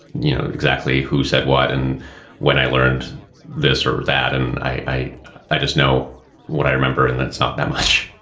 you know, exactly who said what and when i learned this or that. and i i i just know what i remember and that's not that much.